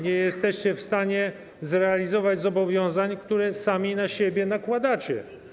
Nie jesteście w stanie zrealizować zobowiązań, które sami na siebie nakładacie.